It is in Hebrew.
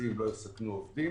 שהנוסעים לא יסכנו עובדים.